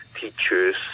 teachers